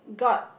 got